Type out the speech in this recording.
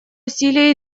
усилия